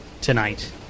tonight